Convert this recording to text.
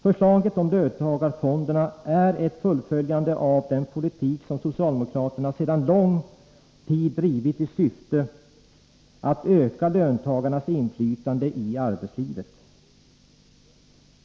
Förslaget om löntagarfonderna är ett fullföljande av den politik som socialdemokraterna sedan lång tid drivit i syfte att öka löntagarnas inflytande i arbetslivet.